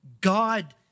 God